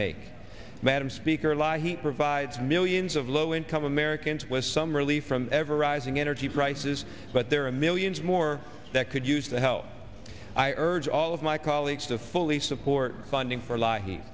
make madame speaker live he provides millions of low income americans with some relief from ever rising energy prices but there are millions more that could use the help i urge all of my colleagues to fully support funding for a lie he